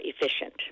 efficient